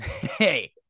Hey